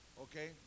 Okay